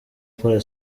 gukora